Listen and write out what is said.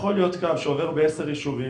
יכול להיות קו שעובר בעשרה יישובים,